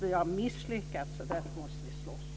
Vi har misslyckats, därför måste vi slåss.